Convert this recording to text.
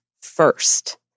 first